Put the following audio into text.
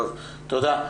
תודה.